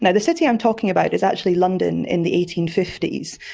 and the city i'm talking about is actually london in the eighteen fifty s,